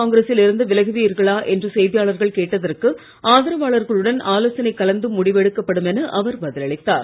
காங்கிரசில் இருந்து விலகுவீர்களா என்று செய்தியாளர்கள் கேட்டதற்கு ஆதரவாளர்களுடன் ஆலோசனை கலந்து முடிவெடுக்கப்படும் என அவர் பதிலளித்தார்